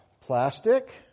plastic